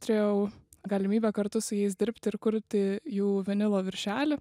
trėau galimybę kartu su jais dirbti ir kurti jų vinilo viršelį